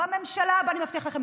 בממשלה הבאה, אני מבטיח לכם.